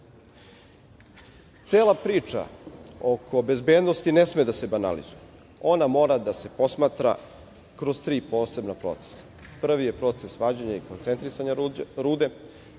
priča oko bezbednosti ne sme da se banalizuje, ona mora da se posmatra kroz tri posebna procesa. Prvi je proces vađenja koncentrisane rude,